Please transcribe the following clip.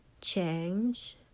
Change